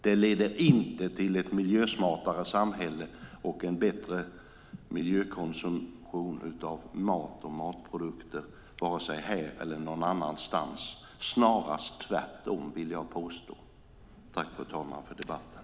Det leder inte till ett miljösmartare samhälle och en bättre miljökonsumtion av mat och matprodukter vare sig här eller någon annanstans. Snarare tvärtom. Tack, fru talman, för debatten!